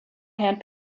hand